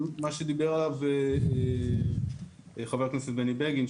מה שדיבר עליו חבר הכנסת בני בגין,